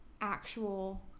actual